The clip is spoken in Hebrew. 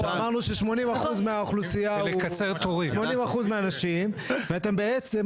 אמרנו ש-80% האנשים ואתם בעצם,